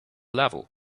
level